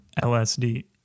LSD